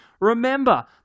Remember